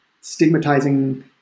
stigmatizing